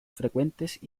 frecuentes